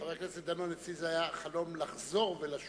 חבר הכנסת דנון, אצלי זה היה חלום לחזור ולשוב